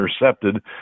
intercepted